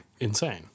insane